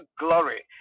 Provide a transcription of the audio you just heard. glory